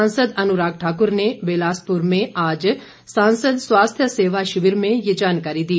सांसद अनुराग ठाकुर ने बिलासपुर में आज सांसद स्वास्थ्य सेवा शिविर में ये जानकारी दी